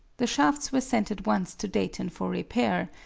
the shafts were sent at once to dayton for repair,